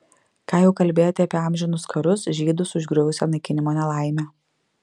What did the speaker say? ką jau kalbėti apie amžinus karus žydus užgriuvusią naikinimo nelaimę